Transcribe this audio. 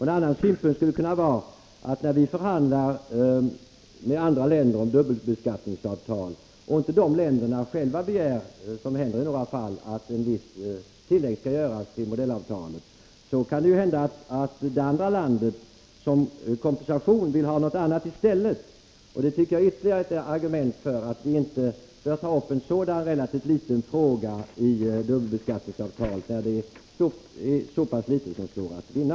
En annan synpunkt skulle kunna vara, att när vi förhandlar med andra länder om dubbelbeskattningsavtal och ett land inte begär — vilket händer i några fall — att tillägg skall göras till modellavtalet, kan det hända att detta land som kompensation vill ha någonting annat i stället. Det är ytterligare ett argument för att vi inte bör ta upp en sådan relativt liten fråga i dubbelbeskattningsavtalet, där det är så pass litet som står att vinna.